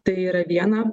tai yra viena